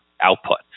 output